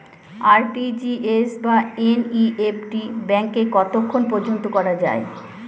RTGS বা NEFT ব্যাংকে কতক্ষণ পর্যন্ত করা যায়?